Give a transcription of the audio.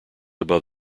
above